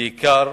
ובעיקר